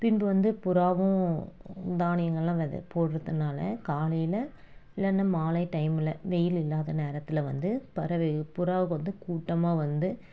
பின்பு வந்து புறாவும் தானியங்கள் எல்லாம் வித போடுறதுனால காலையில் இல்லைனா மாலை டைமில் வெயில் இல்லாத நேரத்தில் வந்து பறவை புறா வந்து கூட்டமாக வந்து